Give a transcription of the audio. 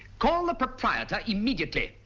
call the proprietor immediately!